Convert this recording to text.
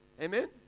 Amen